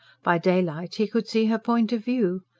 by daylight he could see her point of view.